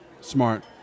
smart